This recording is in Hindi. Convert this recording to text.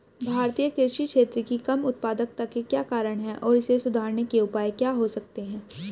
भारतीय कृषि क्षेत्र की कम उत्पादकता के क्या कारण हैं और इसे सुधारने के उपाय क्या हो सकते हैं?